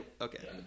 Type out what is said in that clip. Okay